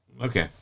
Okay